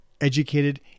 educated